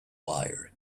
wire